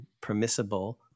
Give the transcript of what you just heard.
permissible